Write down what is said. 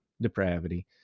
depravity